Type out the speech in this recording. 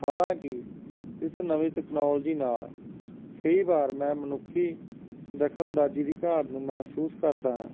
ਹਾਲਾਂਕਿ ਇਸ ਨਵੀਂ ਤਕਨਾਲੋਜੀ ਨਾਲ ਕਈ ਵਾਰ ਮੈਂ ਮਨੁੱਖੀ ਦਖਲਅੰਦਾਜ਼ੀ ਦੀ ਘਾਟ ਨੂੰ ਮਹਿਸੂਸ ਕਰਦਾ ਹਾਂ